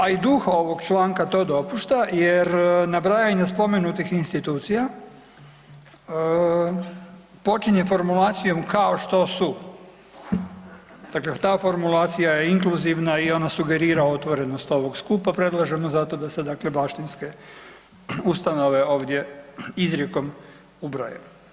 A i duh ovog članka to dopušta jer nabrajanju spomenutih institucija počinje formulacijom „kao što su“, dakle ta formulacija je inkluzivna i ona sugerira otvorenost ovog skupa, predlažemo zato da dakle baštinske ustanove ovdje izrijekom ubroje.